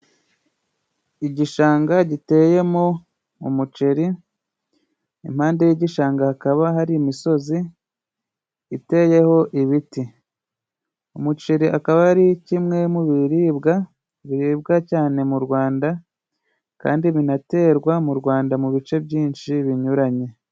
Igishanga giteyemo umuceri, impande y'igishanga hakaba hari imisozi iteyeho ibiti. Umuceri akaba ari kimwe mu biribwa biribwa cyane mu Rwanda, kandi binaterwa mu Rwanda mu bice byinshi binyuranye.